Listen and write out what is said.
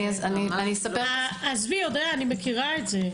אני מכירה את זה.